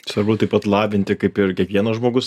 svarbu taip pat lavinti kaip ir kiekvienas žmogus